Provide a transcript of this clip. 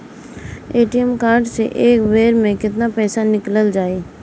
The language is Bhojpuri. ए.टी.एम कार्ड से एक बेर मे केतना पईसा निकल जाई?